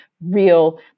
real